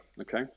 okay